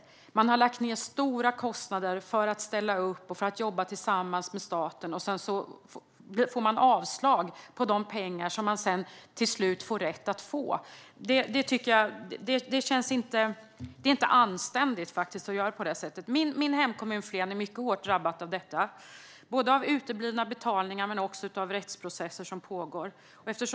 Kommunerna har lagt ned stora kostnader för att ställa upp och jobba tillsammans med staten. Sedan får man avslag på ansökningarna om de pengar som man till slut får rätt att få. Det är inte anständigt att göra på det sättet. Min hemkommun Flen är mycket hårt drabbad av detta - både av uteblivna betalningar och av rättsprocesser som pågår.